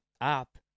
up